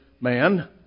man